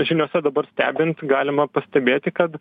žiniose dabar stebint galima pastebėti kad